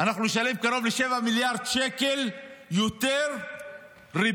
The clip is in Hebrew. אנחנו נשלם קרוב ל-7 מיליארד שקל יותר ריבית,